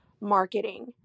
marketing